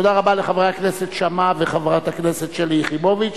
תודה רבה לחברי הכנסת שאמה ולחברת הכנסת שלי יחימוביץ,